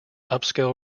upscale